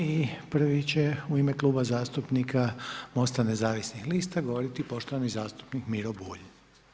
I prvi će u ime Kluba zastupnika MOST-a nezavisnih lista govoriti poštovani zastupnik Miro Bulj.